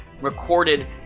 recorded